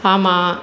ஆமாம்